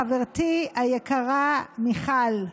חברתי היקרה מיכל,